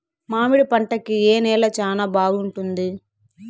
మామిడి పంట కి ఏ నేల చానా బాగుంటుంది